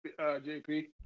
JP